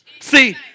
See